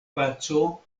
paco